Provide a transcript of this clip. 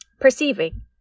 Perceiving